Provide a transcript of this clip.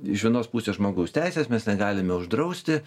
iš vienos pusės žmogaus teisės mes negalime uždrausti